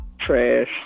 trash